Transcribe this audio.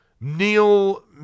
Neil